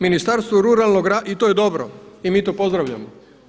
Ministarstvu ruralnog, i to je dobro i mi to pozdravljamo.